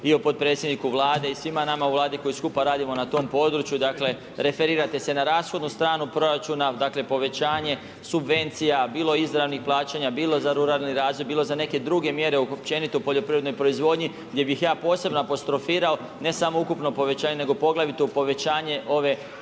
i o potpredsjedniku Vlade i svima nama u Vladi koji skupa radimo na tom području, dakle referirate se na rashodnu stranu proračuna, dakle povećanje subvencija, bilo izravnih plaćanja, bilo za ruralni razvoj, bilo za neke druge mjere općenito u poljoprivrednoj proizvodnji gdje bih ja posebno apostrofirao ne samo ukupno povećanje nego poglavito povećanje ove